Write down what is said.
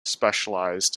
specialized